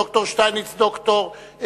דוקטור שטייניץ הוא דוקטור,